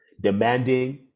demanding